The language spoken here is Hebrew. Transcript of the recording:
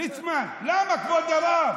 ליצמן, למה, כבוד הרב?